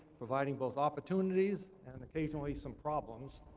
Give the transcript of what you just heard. providing both opportunities and occasionally some problems,